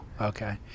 Okay